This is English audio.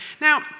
Now